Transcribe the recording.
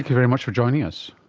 very much for joining us.